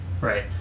Right